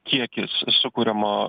kiekis sukuriamo